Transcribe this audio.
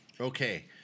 Okay